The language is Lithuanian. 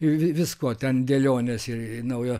visko ten dėlionės ir naujo